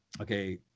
Okay